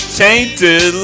tainted